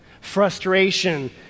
frustration